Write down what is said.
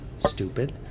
stupid